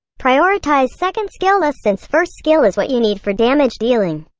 prioritize second skill less since first skill is what you need for damage dealing.